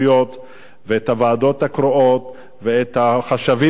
ואת הוועדות הקרואות ואת החשבים המלווים,